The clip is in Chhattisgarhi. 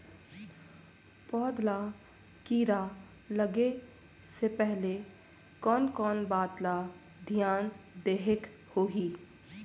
पौध ला कीरा लगे से पहले कोन कोन बात ला धियान देहेक होही?